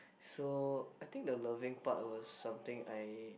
so I think the loving part was something I